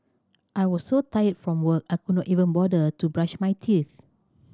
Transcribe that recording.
I was so tired from work I could not even bother to brush my teeth